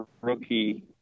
rookie